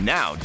Now